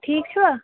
ٹھیٖک چھُوا